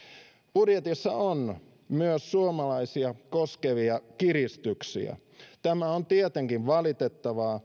budjetissa on myös suomalaisia koskevia kiristyksiä tämä on tietenkin valitettavaa